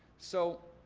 so,